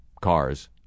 cars